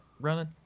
running